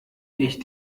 ich